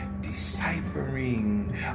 deciphering